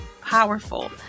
powerful